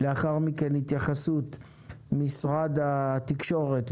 ולאחר מכן התייחסות של משרד התקשורת,